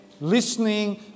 listening